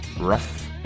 rough